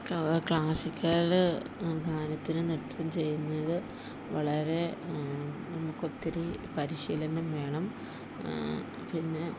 classical ഗാനത്തിന് നൃത്തം ചെയ്യുന്നത് വളരെ നമുക്കൊത്തിരി പരിശീലനം വേണം പിന്നെ